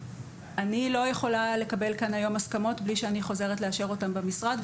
אני לא יכולה לקבל כאן היום הסכמות בלי שאני חוזרת לאשר אותן במשרד,